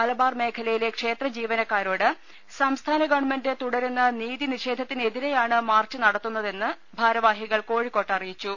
മലബാർ മേഖലയിലെ ക്ഷേത്ര ജീവനക്കാരോട് സംസ്ഥാന ഗവൺമെന്റ് തുടരുന്ന നീതി നിഷേധ ത്തിനെതിരെയാണ് മാർച്ച് നടത്തുന്നതെന്ന് ഭാരവാഹികൾ കോഴി ക്കോട്ട് അറിയിച്ചു